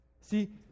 See